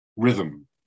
rhythm